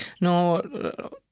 no